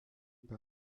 par